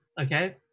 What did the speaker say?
Okay